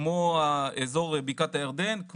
כמו אזור הגבול בקעת הירדן,